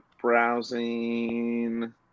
browsing